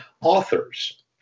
authors